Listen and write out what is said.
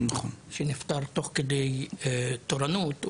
שנפטר תוך כדי תורנות,